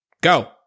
Go